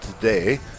today